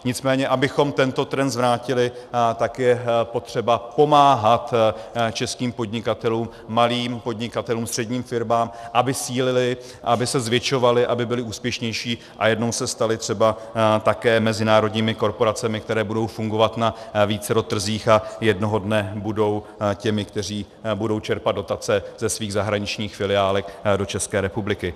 Nicméně abychom tento trend zvrátili, tak je potřeba pomáhat českým podnikatelům, malým podnikatelům, středním firmám, aby sílili, aby se zvětšovali, aby byli úspěšnější a jednou se stali třeba také mezinárodními korporacemi, které budou fungovat na vícero trzích a jednoho dne budou těmi, kteří budou čerpat dotace ze svých zahraničních filiálek do České republiky.